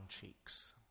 cheeks